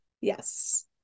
yes